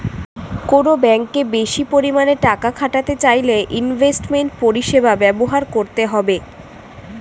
কোনো ব্যাঙ্কে বেশি পরিমাণে টাকা খাটাতে চাইলে ইনভেস্টমেন্ট পরিষেবা ব্যবহার করতে হবে